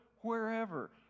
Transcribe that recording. wherever